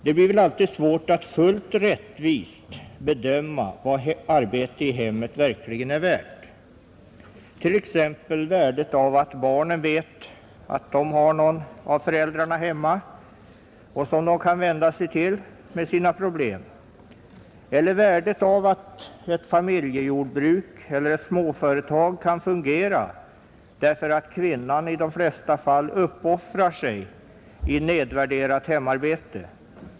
Det blir väl alltid svårt att fullt rättvist bedöma vad arbete i hemmet verkligen är värt; t.ex. värdet av att barnen vet att de har någon av föräldrarna hemma som de kan vända sig till med sina problem, eller värdet av att ett familjejordbruk eller ett småföretag kan fungera därför att kvinnan — i de flesta fall — uppoffrar sig i nedvärderat hemarbete.